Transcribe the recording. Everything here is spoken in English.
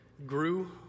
grew